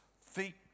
feet